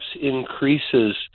increases